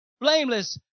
blameless